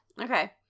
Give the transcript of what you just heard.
Okay